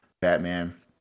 Batman